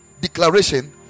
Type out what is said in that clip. declaration